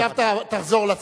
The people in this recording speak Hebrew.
עכשיו תחזור לשר.